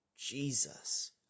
Jesus